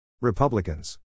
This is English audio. Republicans